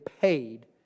paid